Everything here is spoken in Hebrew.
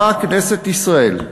באה כנסת ישראל,